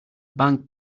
bank